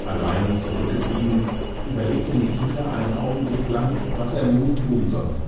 allein zurückgeblieben überlegte nikita einen augenblick lang was er nun tun solle